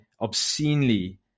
obscenely